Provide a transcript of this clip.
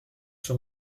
sur